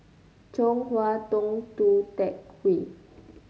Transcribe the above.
Chong Hua Tong Tou Teck Hwee